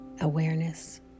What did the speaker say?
awareness